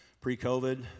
pre-COVID